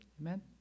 Amen